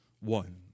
one